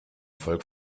volk